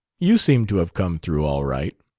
you seem to have come through all right.